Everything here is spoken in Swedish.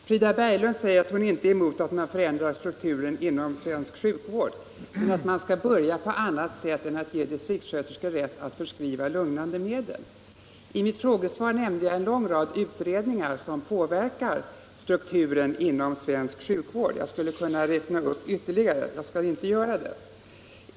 Herr talman! Frida Berglund säger att hon inte är emot att man förändrar strukturen inom svensk sjukvård men att man skall börja på annat sätt än genom att ge distriktssköterskor rätt att förskriva lugnande medel. I mitt frågesvar nämnde jag en lång rad utredningar som påverkar strukturen inom svensk sjukvård. Jag skulle kunna räkna upp fler men skall inte göra det.